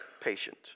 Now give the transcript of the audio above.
patient